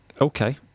Okay